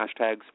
hashtags